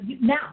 now